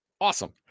Awesome